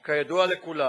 כידוע לכולם,